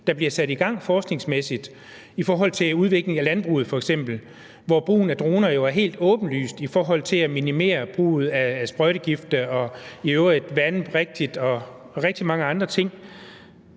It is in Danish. der bliver sat i gang forskningsmæssigt, f.eks. i forhold til udvikling i landbruget, hvor brugen af droner jo er helt åbenlys i forhold til at minimere brugen af sprøjtegifte og i øvrigt at vande rigtigt og rigtig mange andre ting,